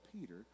Peter